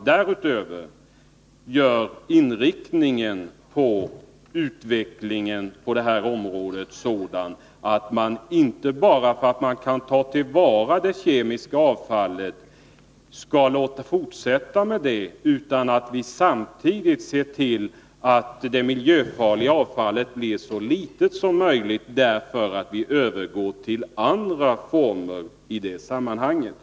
Därutöver måste vi se till att utvecklingen på det här området får den inriktningen, att man inte bara skall fortsätta att ta till vara det kemiska avfallet, därför att man kan göra det, utan att man samtidigt skall se till att mängden miljöfarligt avfall blir så liten som möjligt genom en övergång till andra former i det sammanhanget.